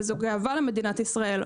וזו גאווה למדינת ישראל,